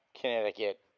Connecticut